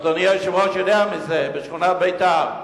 אדוני היושב-ראש יודע מזה, בשכונת ביתר.